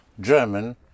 German